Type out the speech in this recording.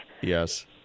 Yes